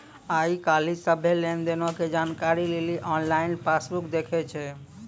आइ काल्हि सभ्भे लेन देनो के जानकारी लेली आनलाइन पासबुक देखै छै